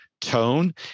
tone